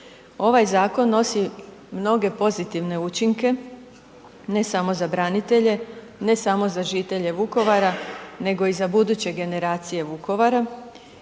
Ovaj zakon nosi mnoge pozitivne učinke, ne samo za branitelje, ne samo za žitelje Vukovara nego i za buduće generacije Vukovara.